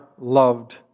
loved